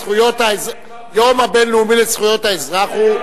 היום הבין-לאומי לזכויות האזרח הוא,